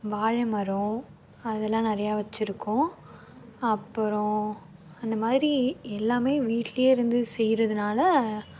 வாழைமரம் அதெலாம் நிறைய வச்சுருக்கோம் அப்புறம் அந்த மாதிரி எல்லாமே வீட்டிலே இருந்து செய்கிறதுனால